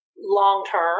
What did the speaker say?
long-term